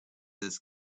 this